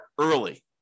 early